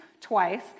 twice